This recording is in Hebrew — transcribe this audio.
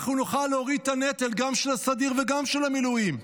אנחנו נוכל להוריד את הנטל גם של הסדיר וגם של המילואים.